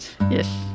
Yes